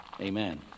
Amen